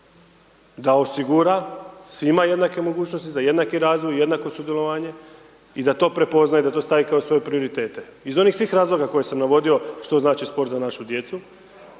da osigura svima jednake mogućnosti, za jednaku razvoj, jednako sudjelovanje i da to prepoznaje, da to stavi kao svoje prioritete. Iz onih svih razloga koje sam navodio što znači sport za našu djecu,